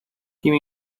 give